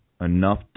Enough